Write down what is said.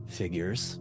figures